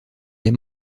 des